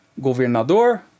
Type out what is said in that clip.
Governador